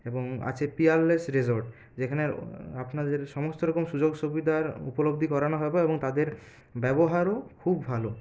এবং আছে Peerless resort যেখানে আপনাদের সমস্ত রকম সুযোগ সুবিধার উপলব্ধি করানো হবে এবং তাদের ব্যবহারও খুব ভালো